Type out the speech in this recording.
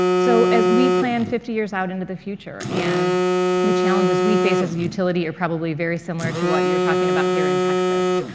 so we plan fifty years out into the future, and the challenges we face as a utility are probably very similar to what you're talking about here in texas.